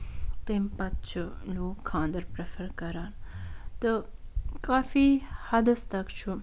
تَمہِ پَتہٕ چھِ لوٗکھ خانٛدر پرٛیٚفر کران تہٕ کافی حَدَس پٮ۪ٹھ چھُ